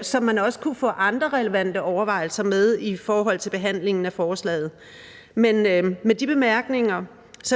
så man også kunne få andre relevante overvejelser med i behandlingen af forslaget. Med de bemærkninger